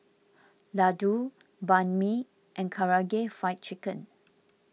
Ladoo Banh Mi and Karaage Fried Chicken